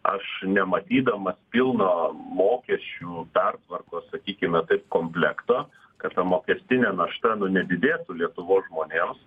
aš nematydamas pilno mokesčių pertvarkos sakykime komplekto kad ta mokestinė našta nu nedidėtų lietuvos žmonėms